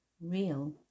Real